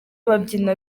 babyina